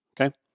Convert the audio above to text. Okay